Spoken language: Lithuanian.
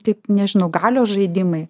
taip nežinau galios žaidimai